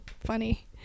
funny